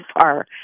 far